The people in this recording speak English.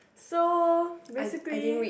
so basically